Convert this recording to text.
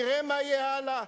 נראה מה יהיה הלאה.